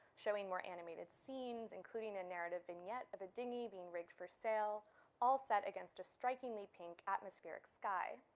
showing more animated scenes including a narrative vignette of a dingy being rigged for sale all set against a strikingly pink atmospheric sky.